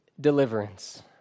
deliverance